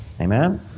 Amen